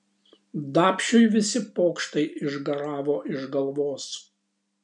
dapšiui visi pokštai išgaravo iš galvos